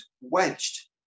wedged